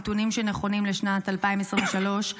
נתונים שנכונים לשנת 2023,